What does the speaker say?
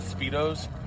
speedos